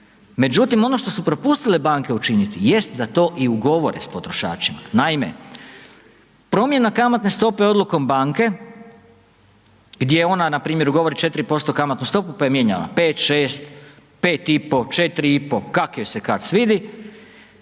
Međutim ono što su propustile banke učiniti jest da to i ugovore sa potrošačima. Naime, promjena kamatne stope odlukom banke gdje je ona npr. ugovori 4% kamatnu stopu pa je mijenjala 5, 6, 5,5, 4,5 kako joj se kad svidi,